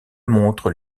montrent